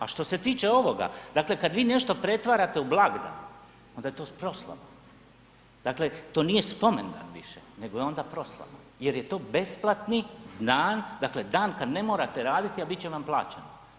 A što se tiče ovoga, dakle kad vi nešto pretvarate u blagdan, onda je to proslava, dakle to nije spomendan više nego je onda proslava jer je to besplatni dan, dakle dan kad ne morate raditi, a biti će vam plaćeno.